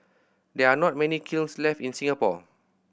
there are not many kilns left in Singapore